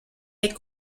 est